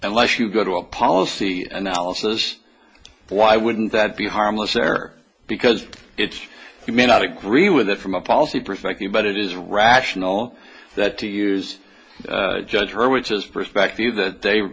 unless you go to a policy analysis why wouldn't that be harmless error because it's you may not agree with it from a policy perspective but it is rational that to use judge her which is perspective that